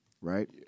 right